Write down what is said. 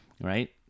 right